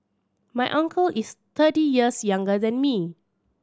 my uncle is thirty years younger than me